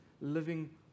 living